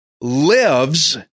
lives